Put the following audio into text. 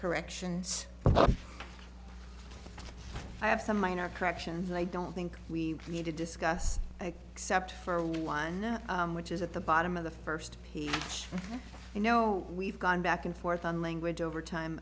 corrections i have some minor corrections i don't think we need to discuss except for one which is at the bottom of the first you know we've gone back and forth on language over time